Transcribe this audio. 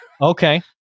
Okay